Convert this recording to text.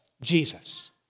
Jesus